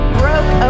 broke